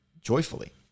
joyfully